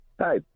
Hi